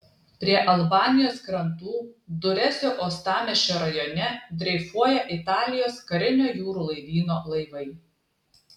prie albanijos krantų duresio uostamiesčio rajone dreifuoja italijos karinio jūrų laivyno laivai